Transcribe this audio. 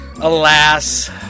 Alas